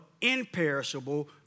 imperishable